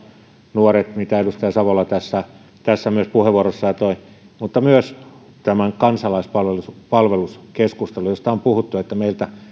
nuoria mitä edustaja savola tässä myös puheenvuorossaan toi mutta myös tätä kansalaispalveluskeskustelua josta on puhuttu että meiltä